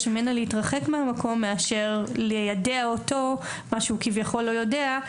ממנה להתרחק מהמקום מאשר ליידע אותו לגבי מה שהוא כביכול לא יודע,